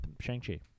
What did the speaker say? Shang-Chi